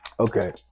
Okay